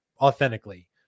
authentically